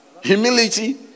Humility